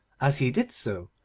as he did so,